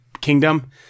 kingdom